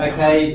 Okay